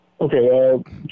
Okay